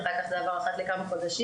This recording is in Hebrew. ואחר כך זה עבר לאחת לכמה חודשים.